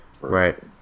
Right